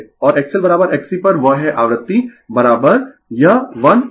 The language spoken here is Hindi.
और XLXC पर वह है आवृत्ति यह 1ω0